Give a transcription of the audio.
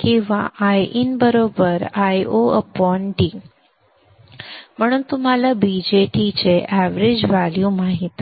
किंवा Iin Iod आणि म्हणून तुम्हाला BJT चे एवरेज व्हॅल्यू माहित आहे